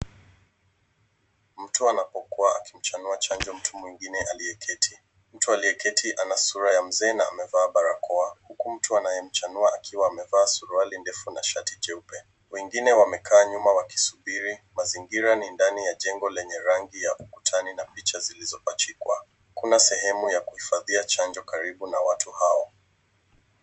Mtu anapokuwa akimchanua chanjo mtu mwingine aliyeketi. Mtu aliyeketi ana sura ya mzee na amevaa barakoa huku mtu anayemchanua akiwa amevaa suruali ndefu na shati jeupe. Wengine wamekaa nyuma wakisubiri, mazingira ni ndani ya jengo lenye rangi ya ukutani na picha zilizopachikwa. Kuna sehemu ya kuhifadhia chanjo karibu na watu hao.